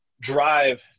drive